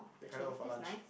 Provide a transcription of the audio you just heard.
they cannot go for lunch